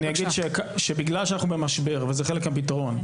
אני אגיד שבגלל שאנחנו במשבר וזה חלק מהפתרון,